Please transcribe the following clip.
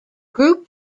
group